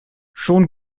schon